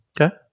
Okay